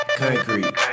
concrete